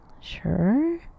Sure